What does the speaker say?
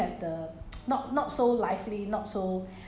去戒毒 you know 很多东西都没有掉了